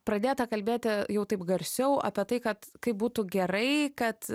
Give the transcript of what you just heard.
pradėta kalbėti jau taip garsiau apie tai kad kaip būtų gerai kad